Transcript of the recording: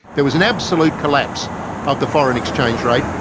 there was an absolute collapse of the foreign exchange rate.